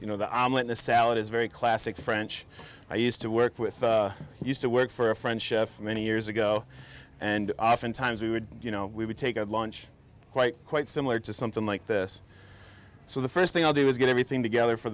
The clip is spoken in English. you know the omelet in a salad is very classic french i used to work with used to work for a french chef many years ago and oftentimes we would you know we would take a lunch quite quite similar to something like this so the first thing i'll do is get everything together for